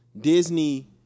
Disney